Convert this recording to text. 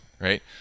right